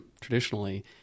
traditionally